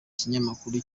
kinyamakuru